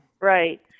Right